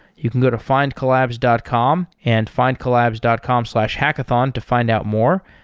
you can go to findcollabs dot com and findcollabs dot com slash hackathon to find out more.